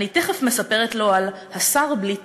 אני תכף מספרת לו על "השר בלי תיק".